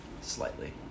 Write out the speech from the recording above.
Slightly